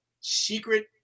secret